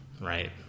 right